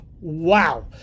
Wow